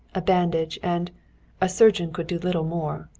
a bandage, and a surgeon could do little more.